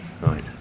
right